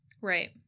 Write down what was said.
Right